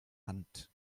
hand